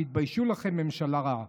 תתביישו לכם, ממשלה רעה.